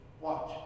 Watch